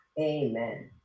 Amen